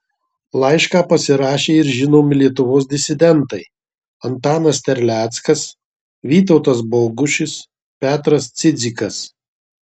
laišką pasirašė ir žinomi lietuvos disidentai antanas terleckas vytautas bogušis petras cidzikas